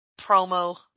promo